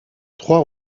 trois